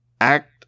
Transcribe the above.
act